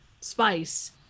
spice